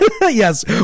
yes